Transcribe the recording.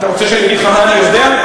אתה רוצה שאני אגיד לך מה אני יודע?